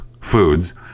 Foods